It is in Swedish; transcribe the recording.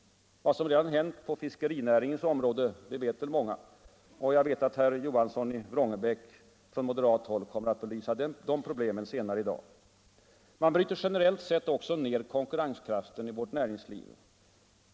Vad som redan hänt på fiskerinäringens område vet väl många. Och herr Johansson i Vrångebäck kommer att från moderat håll belysa de problemen senare i dag. Man bryter generellt sett också ner konkurrenskraften i vårt näringsliv.